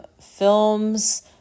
films